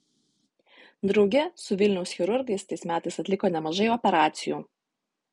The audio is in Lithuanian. drauge su vilniaus chirurgais tais metais atliko nemažai operacijų